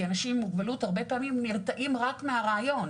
כי אנשים עם מוגבלות הרבה פעמים נרתעים רק מהרעיון.